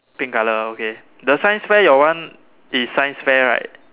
pink colour okay the science fair your one is science fair right